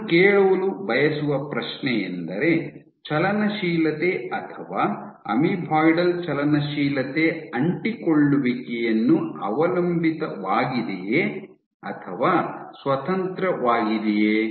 ನಾನು ಕೇಳಲು ಬಯಸುವ ಪ್ರಶ್ನೆಯೆಂದರೆ ಚಲನಶೀಲತೆ ಅಥವಾ ಅಮೀಬಾಯ್ಡಲ್ ಚಲನಶೀಲತೆ ಅಂಟಿಕೊಳ್ಳುವಿಕೆಯನ್ನು ಅವಲಂಬಿತವಾಗಿದೆಯೇ ಅಥವಾ ಸ್ವತಂತ್ರವಾಗಿದೆಯೇ